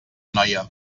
noia